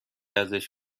ازش